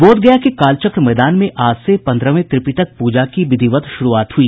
बोधगया के कालचक्र मैदान में आज से पन्द्रहवें त्रिपिटक प्रजा की विधिवत शुरूआत हुई